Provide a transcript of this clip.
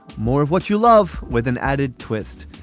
more of what you love with an added twist.